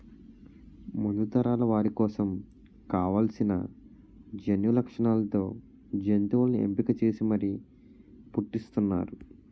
ముందు తరాల వారి కోసం కావాల్సిన జన్యులక్షణాలతో జంతువుల్ని ఎంపిక చేసి మరీ పుట్టిస్తున్నారు